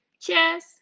Cheers